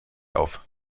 auf